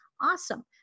awesome